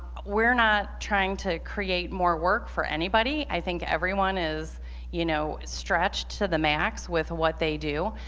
we're not trying to create more work for anybody. i think everyone is you know stretched to the max with what they do,